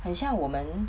很像我们